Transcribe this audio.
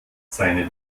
seine